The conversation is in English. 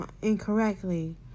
incorrectly